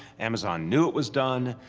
amazon knew it was done.